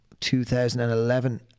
2011